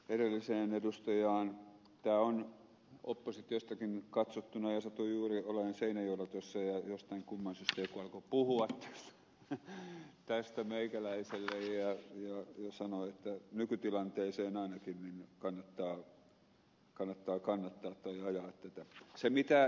tämä on näin oppositiostakin katsottuna ja satuin juuri olemaan seinäjoella ja jostain kumman syystä joku alkoi puhua tästä meikäläiselle ja sanoi että nykytilanteessa ainakin kannattaa kannattaa tai ajaa tätä